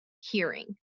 hearing